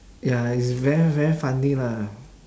ya it's very very funny lah